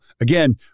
again